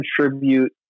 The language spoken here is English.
contribute